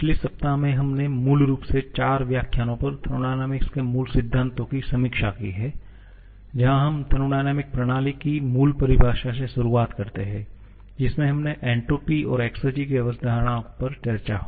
पिछले सप्ताह में हमने मूल रूप से चार व्याख्यानों पर थर्मोडायनामिक्स के मूल सिद्धांतों की समीक्षा की है जहां हम थर्मोडायनामिक प्रणाली की मूल परिभाषा से शुरूआत करते हैं जिसमें हमने एंट्रोपी और एक्सेरजी की अवधारणाओं पर चर्चा की